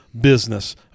business